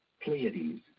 Pleiades